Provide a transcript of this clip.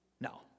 No